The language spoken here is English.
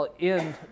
end